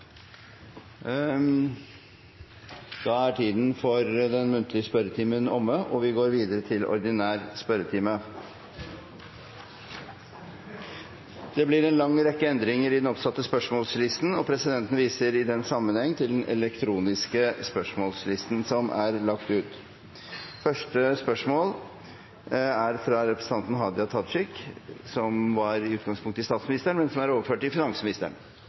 den muntlige spørretimen omme, og vi går videre til den ordinære spørretimen. Det blir en lang rekke endringer i den oppsatte spørsmålslisten, og presidenten viser i den sammenheng til den elektroniske spørsmålslisten. De foreslåtte endringene i dagens spørretime foreslås godkjent. – Det anses vedtatt. Endringene var som følger: Spørsmål 1, fra representanten Hadia Tajik til statsministeren, er overført til finansministeren.